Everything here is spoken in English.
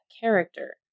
character